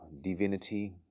divinity